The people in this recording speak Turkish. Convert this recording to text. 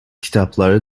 kitapları